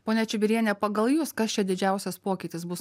ponia čibiriene pagal jus kas čia didžiausias pokytis bus